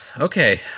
Okay